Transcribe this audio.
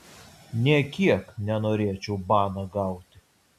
nė kiek nenorėčiau baną gauti